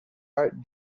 art